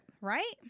Right